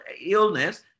illness